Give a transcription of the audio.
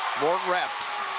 more reps,